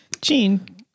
Gene